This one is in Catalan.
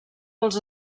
pels